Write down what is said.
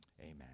Amen